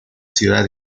ciudad